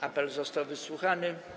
Apel został wysłuchany.